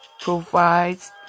provides